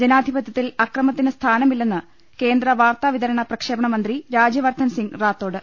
ജനാധിപതൃത്തിൽ അക്രമത്തിന് സ്ഥാനമില്ലെന്ന് കേന്ദ്ര വാർത്താവിതരണ പ്രക്ഷേപണമന്ത്രീ രാജ്യവർധൻ സിംഗ് റാത്തോഡ്